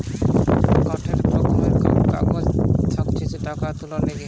গটে রকমের কাগজ থাকতিছে টাকা তুলার লিগে